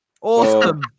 Awesome